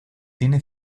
tiene